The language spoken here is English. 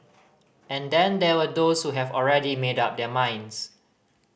and then there were those who have already made up their minds